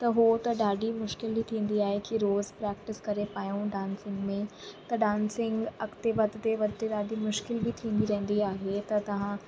त उहो त ॾाढी मुश्किल बि थींदी आहे की रोज़ प्रेक्टिस करे पायूं डांसिंग में त डांसिंग अॻिते वधंदे वधंदे ॾाढी मुश्किल बि थींदी रहंदी आहे त तव्हां